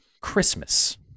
Christmas